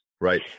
right